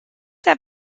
have